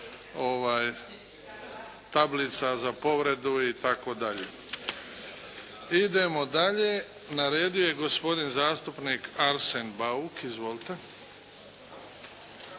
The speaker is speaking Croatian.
tablica za povredu itd.. Idemo dalje. Na redu je gospodin zastupnik Arsen Bauk, izvolite.